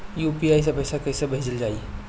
UPI से पैसा कइसे भेजल जाई?